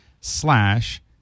slash